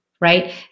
right